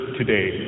today